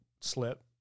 slip